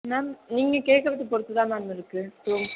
ma'am நீங்கள் கேட்கறது பொறுத்து தான் மேம் இருக்குது டூர்